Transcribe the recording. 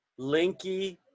linky